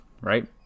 right